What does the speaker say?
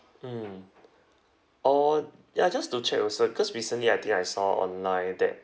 mm oh ya just to check also cause recently I think I saw online that